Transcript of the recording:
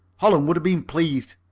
holland would have been pleased.